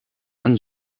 een